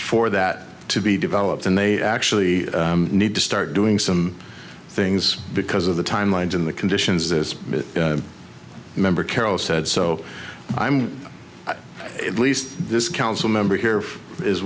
for that to be developed and they actually need to start doing some things because of the time lines in the conditions this member carol said so i'm at least this council member here is